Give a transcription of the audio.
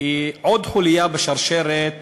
היא עוד חוליה בשרשרת